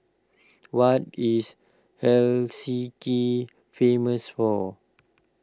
what is Helsinki famous for